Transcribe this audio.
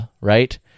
right